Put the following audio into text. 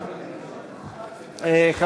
הכנסת.